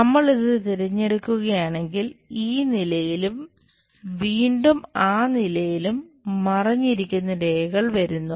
നമ്മൾ ഇത് തിരഞ്ഞെടുക്കുകയാണെങ്കിൽ ഈ നിലയിലും വീണ്ടും ആ നിലയിലും മറഞ്ഞിരിക്കുന്ന രേഖകൾ വരുന്നു